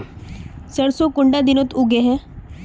सरसों कुंडा दिनोत उगैहे?